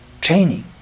Training